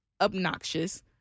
obnoxious